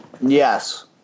Yes